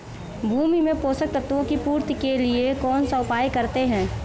भूमि में पोषक तत्वों की पूर्ति के लिए कौनसा उपाय करते हैं?